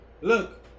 look